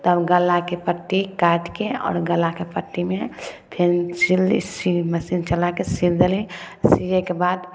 तऽ फेर गलाके पट्टी काटिके आओर गलाके पट्टीमे फेन सीली सी मशीन चलाके सिल देली सीयेके बाद